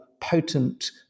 potent